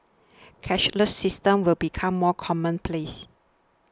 cashless systems will become more commonplace